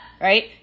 right